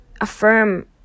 affirm